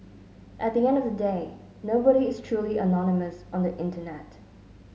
at the end of the day nobody is truly anonymous on the internet